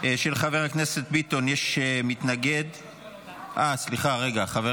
של חבר הכנסת ביטון יש מתנגד, סליחה, רגע.